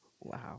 wow